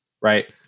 right